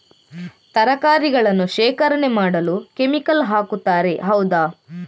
ತರಕಾರಿಗಳನ್ನು ಶೇಖರಣೆ ಮಾಡಲು ಕೆಮಿಕಲ್ ಹಾಕುತಾರೆ ಹೌದ?